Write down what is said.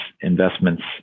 investments